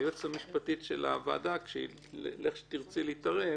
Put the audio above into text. היועצת המשפטית של הוועדה, לכשתרצי להתערב,